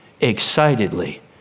excitedly